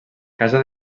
casa